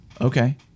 Okay